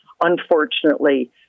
unfortunately